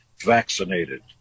vaccinated